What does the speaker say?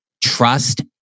trust